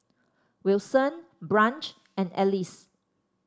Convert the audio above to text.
Wilson Branch and Alys